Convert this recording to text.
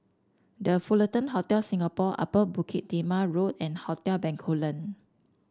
The Fullerton Hotel Singapore Upper Bukit Timah Road and Hotel Bencoolen